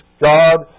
God